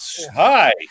hi